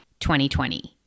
2020